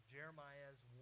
Jeremiah's